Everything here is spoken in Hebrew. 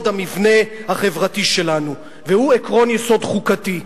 המבנה החברתי שלנו והוא עקרון יסוד חוקתי.